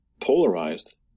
polarized